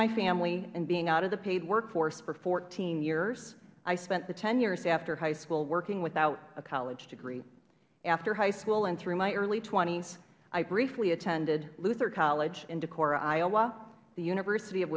my family and being out of the paid workforce for fourteen years i spent the ten years after high school working without a college degree after high school and through my early twenties i briefly attended luther college in decorah iowa the university of